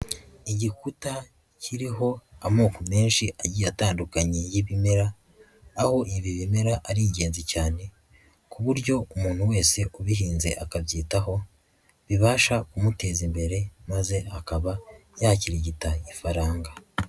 Igikuta kiriho amoko menshi agiye atandukanye y'ibimera aho ibi bimera ari ingenzi cyane ku buryo umuntu wese ubihinze akabyitaho bibasha kumuteza imbere maze akaba yakirigita ifaranga.